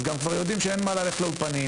אז כבר יודעים שגם אין מה ללכת לאולפנים.